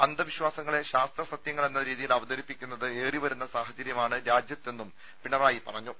അന്ധവിശ്വാസങ്ങളെ ശാസ്ത്രസത്യങ്ങൾ എന്ന രീതിയിൽ അവതരിപ്പിക്കുന്നത് ഏറിവരുന്ന സാഹചര്യമാണ് രാജ്യത്തെന്നും പിണറായി പറഞ്ഞു